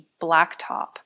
blacktop